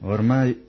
Ormai